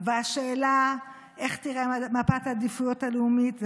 השאלה איך תיראה מפת העדיפות הלאומית,